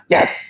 Yes